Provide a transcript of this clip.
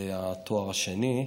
לגבי התואר השני.